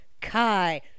Kai